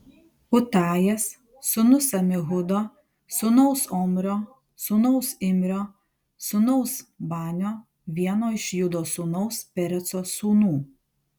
utajas sūnus amihudo sūnaus omrio sūnaus imrio sūnaus banio vieno iš judo sūnaus pereco sūnų